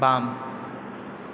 बाम